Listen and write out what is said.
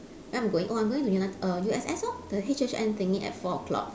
where I'm going oh I'm going to uni~ err U_S_S lor the H_N_N thingy at four o-clock